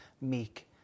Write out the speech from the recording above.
meek